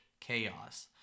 chaos